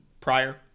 prior